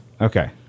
Okay